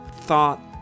thought